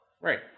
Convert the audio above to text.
Right